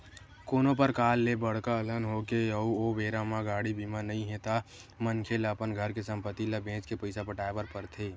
कोनो परकार ले बड़का अलहन होगे अउ ओ बेरा म गाड़ी बीमा नइ हे ता मनखे ल अपन घर के संपत्ति ल बेंच के पइसा पटाय बर पड़थे